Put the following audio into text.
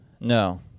No